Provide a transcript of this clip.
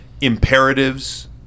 imperatives